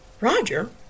Roger